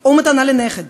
או מתנה לנכד?